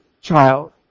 child